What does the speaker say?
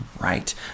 right